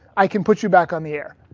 i can put you back on the air.